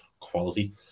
quality